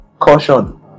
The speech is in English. Caution